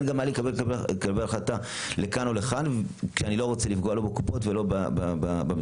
אני לא רוצה לפגוע לא בקופות ולא במטופלים.